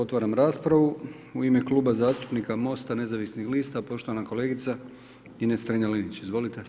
Otvaram raspravu, u ime Kluba zastupnika MOST-a nezavisnih lista poštovana kolegica Ines Strenja-Linić, izvolite.